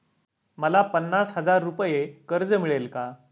मला पन्नास हजार रुपये कर्ज मिळेल का?